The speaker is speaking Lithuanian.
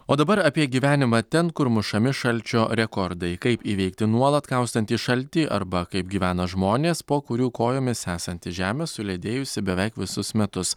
o dabar apie gyvenimą ten kur mušami šalčio rekordai kaip įveikti nuolat kaustantį šaltį arba kaip gyvena žmonės po kurių kojomis esanti žemė suledėjusi beveik visus metus